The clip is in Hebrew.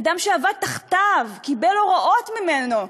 אדם שעבד תחתיו, קיבל הוראות ממנו,